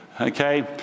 Okay